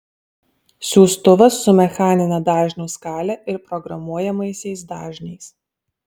siųstuvas su mechanine dažnių skale ir programuojamaisiais dažniais